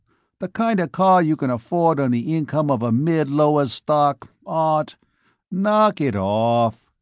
the kinda car you can afford on the income of a mid-lower's stock aren't knock it off,